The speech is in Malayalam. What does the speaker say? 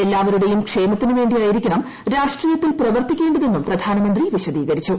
എല്ലാവരുടേയും ക്ഷേമത്തിന് വേണ്ടിയായിരിക്കണം രാഷ്ട്രീയത്തിൽ പ്രവർത്തിക്കേണ്ടതെന്നും പ്രധാനമന്ത്രി വിശദീകരിച്ചു